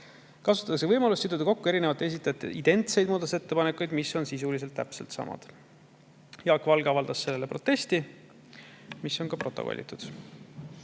Kasutatakse ka võimalust siduda kokku erinevate esitajate identsed muudatusettepanekud, mis on sisuliselt täpselt samad. Jaak Valge avaldas selle vastu protesti, mis on ka protokollitud.